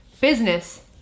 business